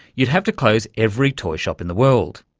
you'd have to close every toy shop in the world.